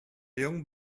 young